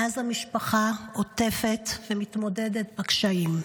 מאז המשפחה עוטפת, והיא מתמודדת עם הקשיים.